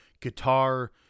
guitar